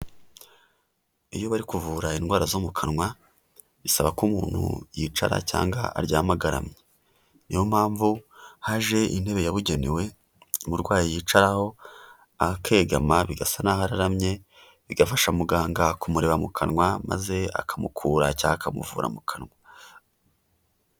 Iyo bari kuvura indwara zo mu kanwa, bisaba ko umuntu yicara cyangwa aryama agaramye, niyo mpamvu haje intebe yabugenewe uburwayi yicaraho akegama bigasa naho araramye, bigafasha muganga kumureba mu kanwa maze akamukura cyangwa akamuvura mu kanwa.